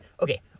Okay